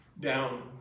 down